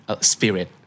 spirit